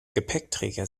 gepäckträger